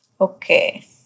Okay